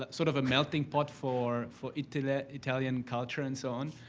sort of a melting pot for for italian italian culture and so on?